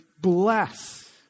bless